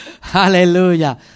Hallelujah